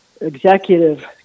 executive